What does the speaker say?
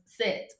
sit